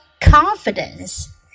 confidence